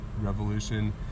revolution